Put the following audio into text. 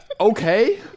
okay